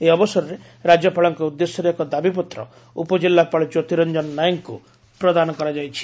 ଏହି ଅବସରରେ ରାକ୍ୟପାଳଙ୍କ ଉଦ୍ଦେଶ୍ୟରେ ଏକ ଦାବିପତ୍ର ଉପଜିଲ୍ଲାପାଳ ଜ୍ୟୋତିରଞ୍ଚନ ନାୟକଙ୍କୁ ପ୍ରଦାନ କରାଯାଇଛି